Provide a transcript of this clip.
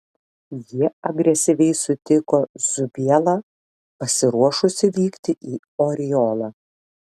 jie agresyviai sutiko zubielą pasiruošusį vykti į oriolą